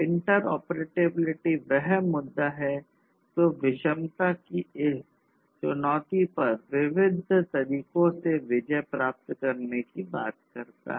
interoperability वह मुद्दा है जो विषमता की इस चुनौती पर विविध तरीकों से विजय प्राप्त करने की बात करता है